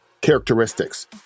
characteristics